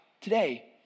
today